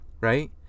right